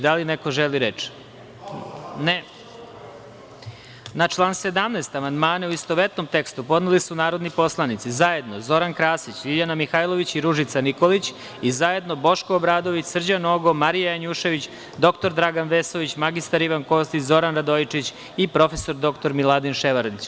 Da li neko želi reč? (Ne) Na član 17. amandmane u istovetnom tekstu podneli su narodni poslanici: zajedno Zoran Krasić, LJiljana Mihajlović i Ružica Nikolić i zajedno Boško Obradović, Srđan Nogo, Marija Janjušević, dr Dragan Vesović, mr Ivan Kostić, Zoran Radojičić i prof. dr Miladin Ševarlić.